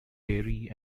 dairy